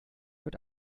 wird